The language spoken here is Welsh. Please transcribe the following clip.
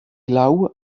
law